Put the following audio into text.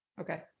Okay